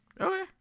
Okay